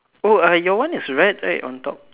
oh uh your one is red right on top